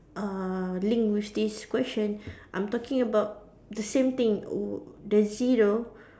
uh link with this question I'm talking about the same thing the zero